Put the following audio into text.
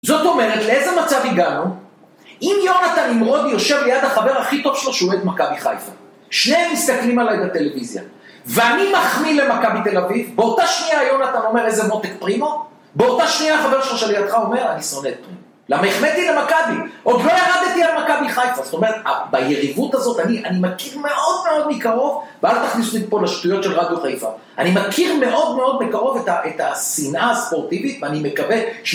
זאת אומרת, לאיזה מצב הגענו, אם יונתן נמרודי יושב ליד החבר הכי טוב שלו שהוא אוהב מכבי חיפה, שניהם מסתכלים עלי בטלוויזיה, ואני מחמיא למכבי תל אביב, באותה שנייה יונתן אומר איזה מותק פרימו, באותה שנייה החבר שלך שלידך אומר אני שונא את פרימו, למה החמאתי את המכבי, עוד לא ירדתי על מכבי חיפה, זאת אומרת, ביריבות הזאת אני מכיר מאוד מאוד מקרוב, ואל תכניס אותי פה לשטויות של רדיו חיפה, אני מכיר מאוד מאוד מקרוב את השנאה הספורטיבית, ואני מקווה...